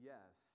Yes